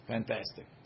Fantastic